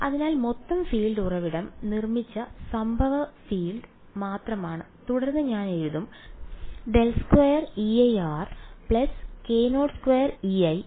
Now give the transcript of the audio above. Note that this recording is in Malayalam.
അതിനാൽ മൊത്തം ഫീൽഡ് ഉറവിടം നിർമ്മിച്ച സംഭവ ഫീൽഡ് മാത്രമാണ് തുടർന്ന് ഞാൻ എഴുതാം ∇2Ei k02Ei jωμJz